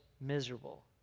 miserable